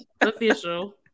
official